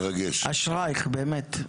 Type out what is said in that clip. אשרייך, באמת.